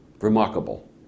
Remarkable